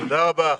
תודה רבה.